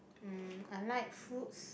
um I like fruits